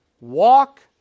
walk